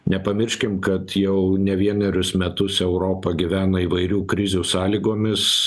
nepamirškim kad jau ne vienerius metus europa gyvena įvairių krizių sąlygomis